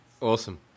Awesome